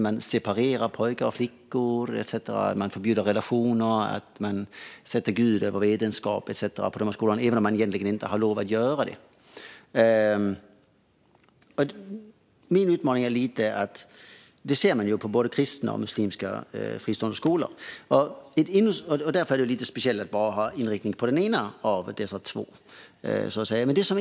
Man separerar pojkar och flickor, man förbjuder relationer, man sätter Gud över vetenskap etcetera på dessa skolor, även om man egentligen inte har lov att göra det. Man kan se detta i både kristna och muslimska fristående skolor. Därför är det lite speciellt att bara inrikta sig på den ena av dessa två typer av skolor.